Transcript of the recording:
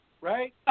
right